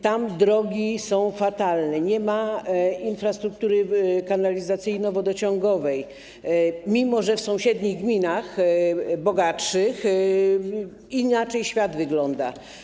Tam drogi są fatalne, nie ma infrastruktury kanalizacyjno-wodociągowej, mimo że w sąsiednich gminach, bogatszych, inaczej świat wygląda.